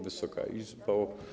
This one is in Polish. Wysoka Izbo!